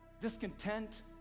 discontent